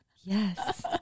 yes